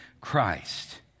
Christ